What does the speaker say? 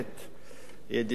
ידידי דודו רותם.